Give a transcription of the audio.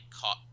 caught